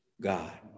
god